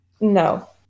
No